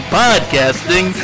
podcasting